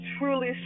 truly